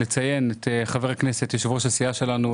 מן הסתם הרבה מהחברים נטעו ובשעות אלה נוטעים